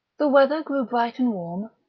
the weather grew bright and warm.